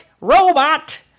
robot